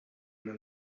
uma